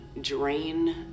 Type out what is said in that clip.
drain